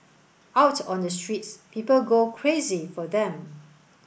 out on the streets people go crazy for them